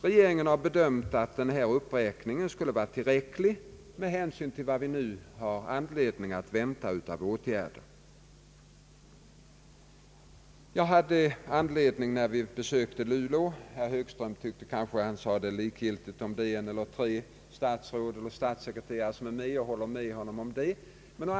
Regeringen har bedömt att denna uppräkning skulle vara tillräcklig med hänsyn till väntade åtgärder. Herr Högström ansåg att det var likgiltigt om ett eller flera statsråd var med vid besöket i Luleå, och jag håller med honom i det avseendet.